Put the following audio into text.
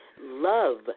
love